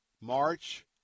March